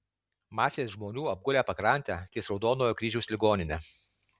masės žmonių apgulę pakrantę ties raudonojo kryžiaus ligonine